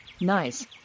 nice